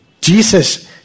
Jesus